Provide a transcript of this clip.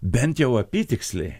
bent jau apytiksliai